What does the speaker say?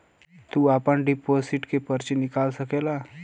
तू आपन डिपोसिट के पर्ची निकाल सकेला